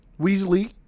Weasley